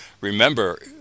remember